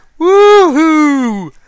Woohoo